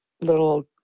little